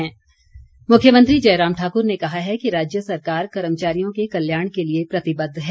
मुख्यमंत्री मुख्यमंत्री जयराम ठाकुर ने कहा है कि राज्य सरकार कर्मचारियों के कल्याण के लिए प्रतिबद्ध है